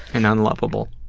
and unlovable.